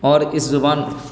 اور اس زبان